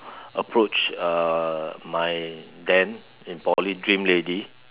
approach uh my then in poly dream lady